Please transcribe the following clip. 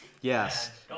Yes